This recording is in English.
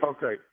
Okay